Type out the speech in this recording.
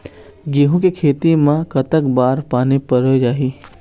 गेहूं के खेती मा कतक बार पानी परोए चाही?